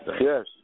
yes